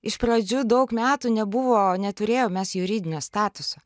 iš pradžių daug metų nebuvo neturėjom mes juridinio statuso